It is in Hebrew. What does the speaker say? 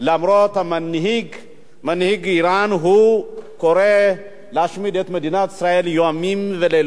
גם אם מנהיג אירן קורא להשמיד את מדינת ישראל ימים ולילות.